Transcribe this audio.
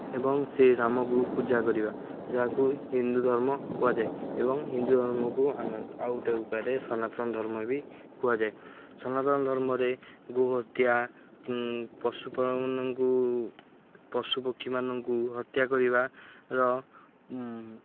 ଏବଂ ସେ ରାମକୁ ପୂଜା କରିବା ଯାହାକୁ ହିନ୍ଦୁ ଧର୍ମ କୁହାଯାଏ ଏବଂ ହିନ୍ଦୁ ଧର୍ମକୁ ଆଉ ଗୋଟେ ଉପାୟରେ ସନାତନ ଧର୍ମ ବି କୁହାଯାଏ ସନାତନ ଧର୍ମରେ ଗୋ ହତ୍ୟା ପଶୁମାନଙ୍କୁ ପଶୁ ପକ୍ଷୀମାନଙ୍କୁ ହତ୍ୟା କରିବାର